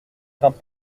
grimpe